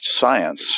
science